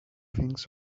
things